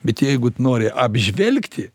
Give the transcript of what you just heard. bet jeigu tu nori apžvelgti